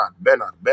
Bernard